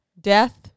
death